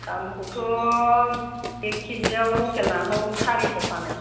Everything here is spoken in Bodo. दामखौथ' एक खेजियाव लकेल नाखौ सारिस' फानो